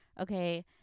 Okay